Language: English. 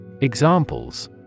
Examples